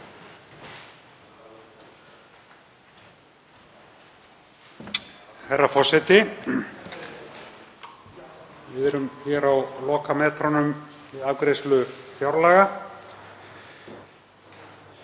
Herra forseti. Við erum hér á lokametrunum við afgreiðslu fjárlaga.